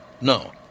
No